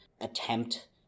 attempt